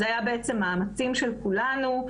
זה היה בעצם מאמץ של כולנו.